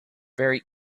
very